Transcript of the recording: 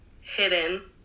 hidden